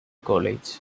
college